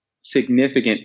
significant